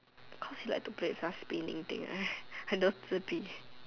cause he like to play with some spinning thing like those 自闭